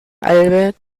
elbe